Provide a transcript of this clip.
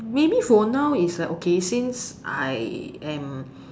maybe for now it's like okay since I am